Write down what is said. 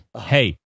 hey